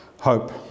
hope